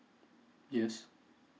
yes